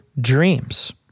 dreams